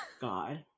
God